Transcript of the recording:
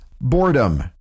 boredom